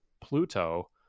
Pluto